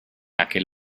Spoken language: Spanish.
aquel